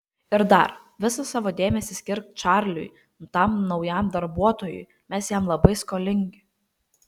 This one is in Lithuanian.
ir dar visą savo dėmesį skirk čarliui tam naujam darbuotojui mes jam labai skolingi